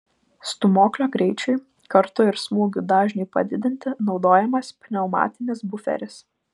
stūmoklio greičiui kartu ir smūgių dažniui padidinti naudojamas pneumatinis buferis